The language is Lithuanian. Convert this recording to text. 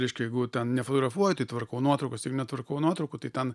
reiškia jeigu ten nefotografuoju tai tvarkau nuotraukas jeigu netvarkau nuotraukų tai ten